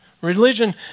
Religion